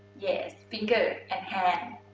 yeah finger and hand.